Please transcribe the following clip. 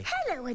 Hello